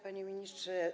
Panie Ministrze!